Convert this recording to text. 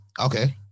Okay